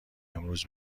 امروز